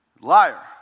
Liar